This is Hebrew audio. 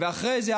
ואחרי זה,